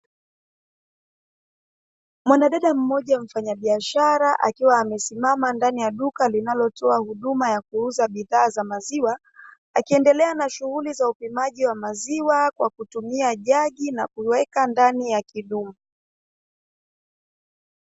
Mwanadada mmoja mfanyabiashara, akiwa amesimama ndani ya duka linalotoa huduma ya kuuza bidhaa za maziwa, akiendelea na shughuli za upimaji wa maziwa kwa kutumia jagi na kuliweka ndani ya kidumu.